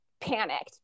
panicked